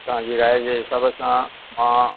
तव्हां जी राय जे हिसाब सां मां